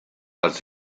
als